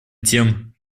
тем